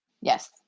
Yes